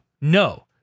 No